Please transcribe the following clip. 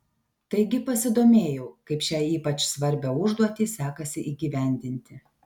taigi pasidomėjau kaip šią ypač svarbią užduotį sekasi įgyvendinti